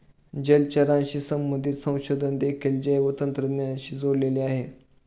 जलचराशी संबंधित संशोधन देखील जैवतंत्रज्ञानाशी जोडलेले आहे